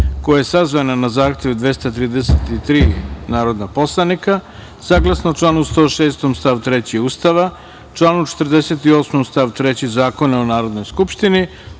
koja je sazvana na zahtev 233 narodna poslanika, saglasno članu 106. stav 3. Ustava, članu 48. stav 3. Zakona o Narodnoj skupštini